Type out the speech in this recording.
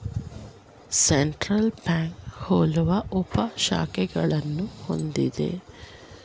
central bank ಹಲವು ಉಪ ಶಾಖೆಗಳನ್ನು ಹೊಂದಿದೆ